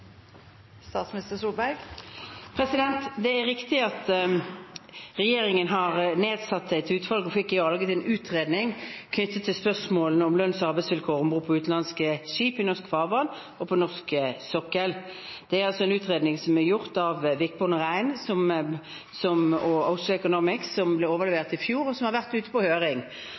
Det er riktig at regjeringen har nedsatt et utvalg og fikk laget en utredning knyttet til spørsmålene om lønns- og arbeidsvilkårene om bord på utenlandske skip i norsk farvann og på norsk sokkel. Det er en utredning som er gjort av Wikborg Rein og Oslo Economics, som ble overlevert i fjor, og som har vært ute på høring,